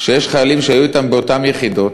שיש חיילים שהיו אתם באותן יחידות.